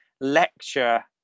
lecture